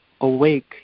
awake